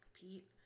Pete